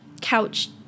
couch